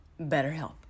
BetterHelp